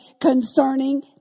concerning